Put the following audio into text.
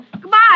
Goodbye